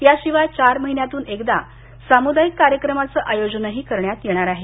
या शिवाय चार महिन्यातून एकदा सामुदायिक कार्यक्रमाचं आयोजन करण्यात येणार आहे